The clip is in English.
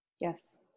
yes